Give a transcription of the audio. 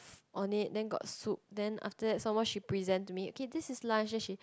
on it then got soup then after that some more she present to me okay this is lunch this is